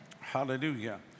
Hallelujah